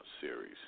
Series